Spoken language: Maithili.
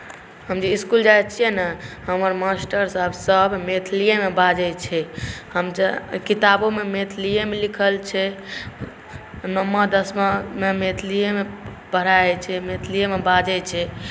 हम जे इसकुल जाइ छियै ने हमर मास्टर साहेब सभ मैथिलीएमे बाजैत छथि हमर जे किताबोमे मैथिलीएमे लिखल छै नवमा दसमामे मैथिलीएमे पढ़ाई होइ छै मैथिलीएमे बाजै छै